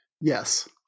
yes